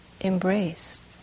embraced